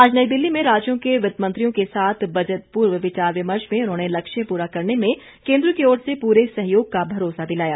आज नई दिल्ली में राज्यों के वि तामंत्रियों के साथ बजट पूर्व विचार विमर्श में उन्होंने लक्ष्य पूरा करने में केन द्र की ओर से पूरे सहयोग का भरोसा दिलाया